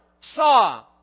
saw